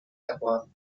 erworben